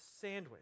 sandwich